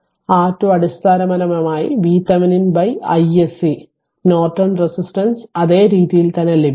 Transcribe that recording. R2 അടിസ്ഥാനപരമായി r VThevenin iSC Norton resistance അതേ രീതിയിൽ തന്നെ ലഭിക്കും